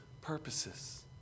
purposes